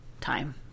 time